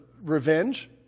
revenge